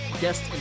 guest